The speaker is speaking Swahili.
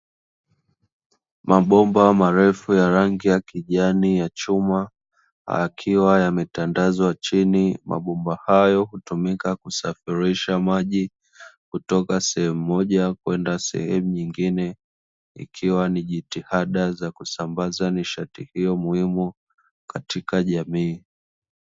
Mabomba marefu ya rangi ya kijani ya chuma yakiwa yametandazwa chini. Mabomba hayo hutumika kusafirisha maji kutoka sehemu moja kwenda sehemu nyingine, ikiwa ni jitihada ya kusambaza nishati hiyo muhimu katika jamii